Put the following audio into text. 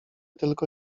tylko